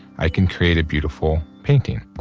i can create a beautiful painting.